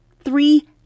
three